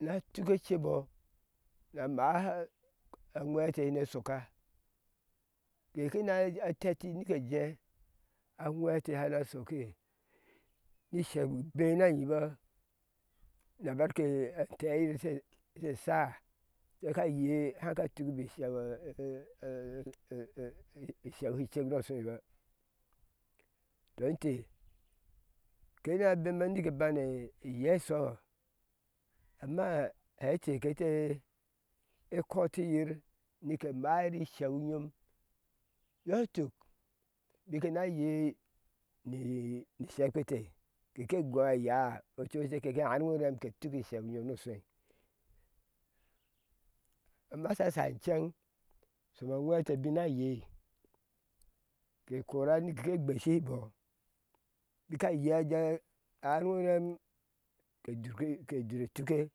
na tuke cebɔ na ḿaha a whee ete ne shoka te kenateti nike jee awhee ete shana shoki ni sheu bee nna nyibɔ na barke ante yir she she sháá aka ye haka tukibi sheu isheu shi cek no shoiba tɔi inte kena bema nike bane eyea ishoho amma hɛ ɛtɛ kɛtɛ kotiyir neki mayir isheu nyom yɔi tuk bike na yei eshekpete teke gɔa ayáá ococek keke arŋo rɛm ke tuki sheu nyom no shoi amma shashai ceŋ shoma a wheete bik na yei te kora nike gbeshibɔ bika a yei jea arŋo orɛm ke duke ke dur etuke